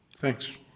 Thanks